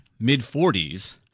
mid-40s